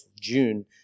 June